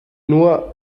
nur